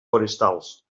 forestals